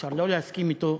אפשר לא להסכים אתו.